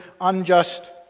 unjust